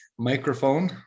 microphone